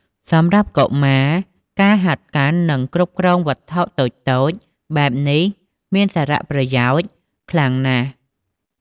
សម្រាប់កុមារ ការហាត់កាន់ និងគ្រប់គ្រងវត្ថុតូចៗបែបនេះមានសារប្រយោជន៍ខ្លាំងណាស់។